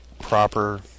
proper